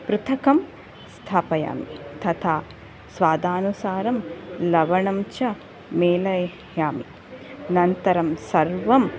पृथुकं स्थापयामि तथा स्वादानुसारं लवणं च मेलयामि अनन्तरं सर्वं